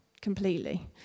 completely